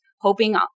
hoping